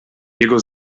jego